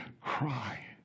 cry